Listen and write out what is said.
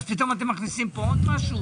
אז פתאום אתם מכניסים פה עוד משהו?